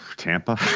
Tampa